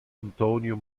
antonio